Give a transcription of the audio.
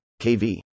KV